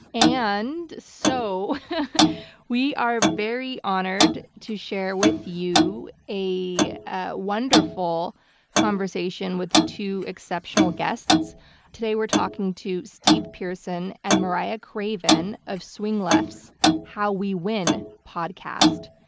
and so we are very honored to share with you a wonderful conversation with two exceptional guests today we're talking to steve pierson and mariah craven of swing left's how we win podcast.